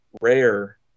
Rare